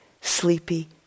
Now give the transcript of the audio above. sleepy